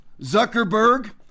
Zuckerberg